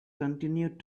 continued